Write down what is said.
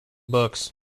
books